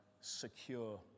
secure